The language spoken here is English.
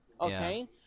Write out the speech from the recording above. Okay